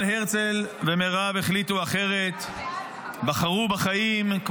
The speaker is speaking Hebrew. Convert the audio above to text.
אבל הרצל ומירב החליטו אחרת ובחרו בחיים,